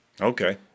Okay